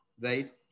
right